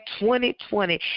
2020